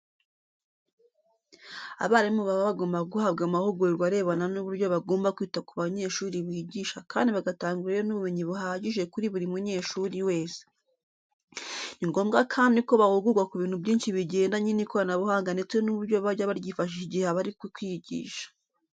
Abarimu baba bagomba guhabwa amahugurwa arebana n'uburyo bagomba kwita ku banyeshuri bigisha kandi bagatanga uburere n'ubumenyi buhagije kuri buri munyeshuri wese. Ni ngombwa kandi ko bahugurwa ku bintu byinshi bigendanye n'ikoranabuhanga ndetse n'uburyo bajya baryifashisha igihe abari kwigisha.